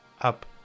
up